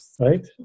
Right